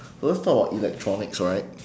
so let's talk about electronics right